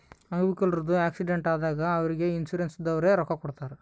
ಅಂಗ್ ವಿಕಲ್ರದು ಆಕ್ಸಿಡೆಂಟ್ ಆದಾಗ್ ಅವ್ರಿಗ್ ಇನ್ಸೂರೆನ್ಸದವ್ರೆ ರೊಕ್ಕಾ ಕೊಡ್ತಾರ್